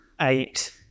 eight